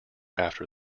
after